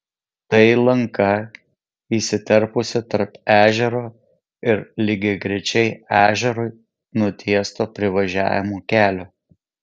tai lanka įsiterpusi tarp ežero ir lygiagrečiai ežerui nutiesto privažiavimo kelio